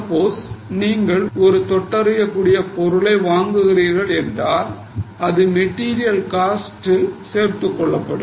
suppose நீங்கள் ஏதாவது ஒரு தொட்டறியக் கூடிய பொருளை வாங்குகிறீர்கள் என்றால் அது மெட்டீரியல் காஸ்டில் சேர்த்துக் கொள்ளப்படும்